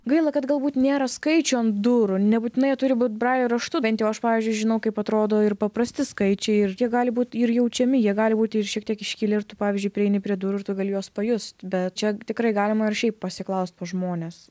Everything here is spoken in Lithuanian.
gaila kad galbūt nėra skaičių ant durų nebūtinai jie turi būt brailio raštu bent jau aš pavyzdžiui žinau kaip atrodo ir paprasti skaičiai ir jie gali būt ir jaučiami jie gali būti ir šiek tiek iškilę ir tu pavyzdžiui prieini prie durų ir tu gali juos pajust bet čia tikrai galima ir šiaip pasiklaust pas žmones